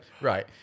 Right